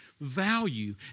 value